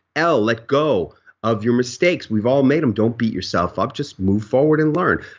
l, let go of your mistakes, we've all made them. don't beat yourself up, just move forward and learn.